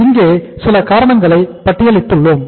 இங்கே சில காரணங்களைப் பட்டியலிட்டுள்ளோம்